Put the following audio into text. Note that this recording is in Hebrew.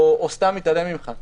או סתם מתעלם ממך.